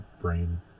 brain